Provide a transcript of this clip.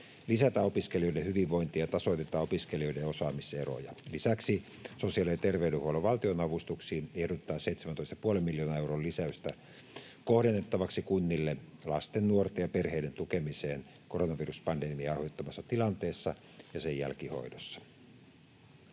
lisätään opiskelijoiden hyvinvointia ja tasoitetaan opiskelijoiden osaamiseroja. Lisäksi sosiaali- ja terveydenhuollon valtionavustuksiin ehdotetaan 17,5 miljoonan euron lisäystä kohdennettavaksi kunnille lasten, nuorten ja perheiden tukemiseen koronaviruspandemian aiheuttamassa tilanteessa ja sen jälkihoidossa.